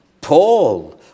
Paul